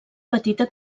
petita